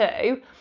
two